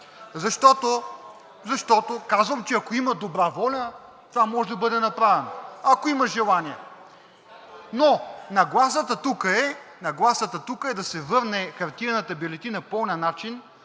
Защото казвам, че ако има добра воля, това може да бъде направено, ако има желание. Но нагласата тук е да се върне хартиената бюлетина по онзи начин,